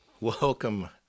welcome